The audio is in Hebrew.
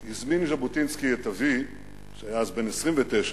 הזמין ז'בוטינסקי את אבי, שהיה אז בן 29,